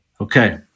Okay